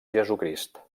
jesucrist